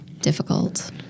difficult